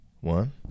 one